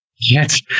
Yes